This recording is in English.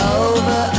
over